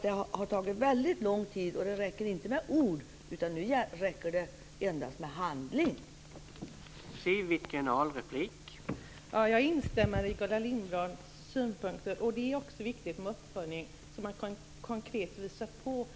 Det har tagit väldigt lång tid, och det räcker inte med ord, utan nu är det endast handling som gäller.